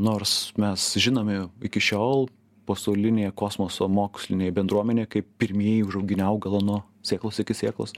nors mes žinomi iki šiol pasaulinėje kosmoso mokslinėj bendruomenėje kaip pirmieji užauginę augalą nuo sėklos iki sėklos